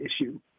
issue